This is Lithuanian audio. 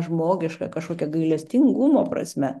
žmogiška kažkokia gailestingumo prasme